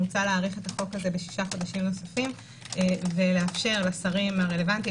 מוצע להאריך את החוק הזה בשישה חודשים נוספים ולאפשר לשרים הרלוונטיים